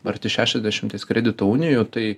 arti šešiasdešimties kredito unijų tai